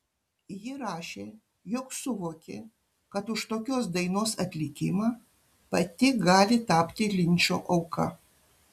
ji rašė jog suvokė kad už tokios dainos atlikimą pati gali tapti linčo auka